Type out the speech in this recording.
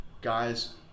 guys